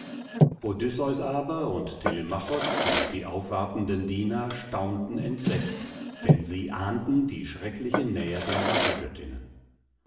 odysseus aber und telemachos und die aufwartenden diener staunten entsetzt denn sie ahnten die schreckliche nähe der